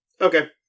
Okay